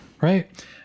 Right